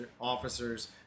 officers